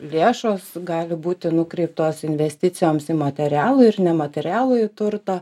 lėšos gali būti nukreiptos investicijoms į materialųjį ir nematerialųjį turtą